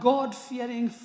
God-fearing